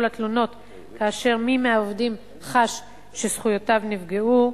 התלונות כאשר מי מהעובדים חש שזכויותיו נפגעו.